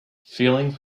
feelings